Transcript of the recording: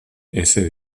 ese